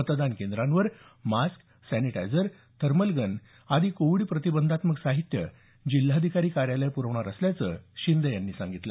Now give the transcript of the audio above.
मतदान केंद्रावर mask sanitizer thermal gun आदी कोविड प्रतिबंधात्मक साहित्य जिल्हाधिकारी कार्यालय पुरवणार असल्याचं शिंदे यांनी सांगितलं